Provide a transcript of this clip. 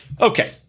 Okay